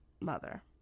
mother